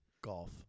Golf